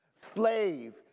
Slave